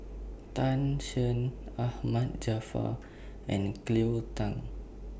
Tan Shen Ahmad Jaafar and Cleo Thang